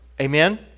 Amen